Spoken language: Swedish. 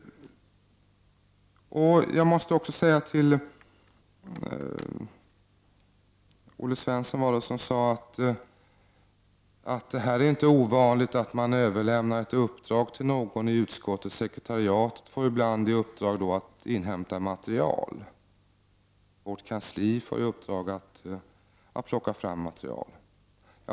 Det var Olle Svensson som sade att det inte är ovanligt att man överlämnar ett uppdrag till någon i utskottet. Sekretariatet får ibland i uppdrag att inhämta material. Vårt kansli får i uppdrag att plocka fram material.